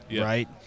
right